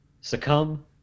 succumb